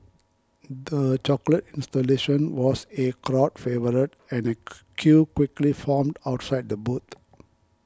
the chocolate installation was A crowd favourite and a queue quickly formed outside the booth